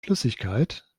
flüssigkeit